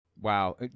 wow